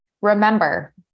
Remember